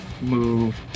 move